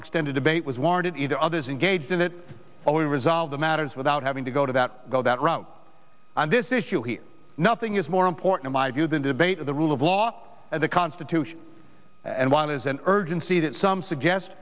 extended debate was warranted either others engaged in it or we resolve the matters without having to go to that go that route and this issue here nothing is more important my view than debate the rule of law and the constitution and while there's an urgency that some suggest